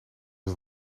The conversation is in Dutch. het